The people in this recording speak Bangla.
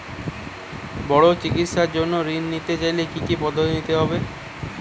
বড় চিকিৎসার জন্য ঋণ নিতে চাইলে কী কী পদ্ধতি নিতে হয়?